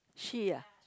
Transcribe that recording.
she ah